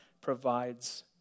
provides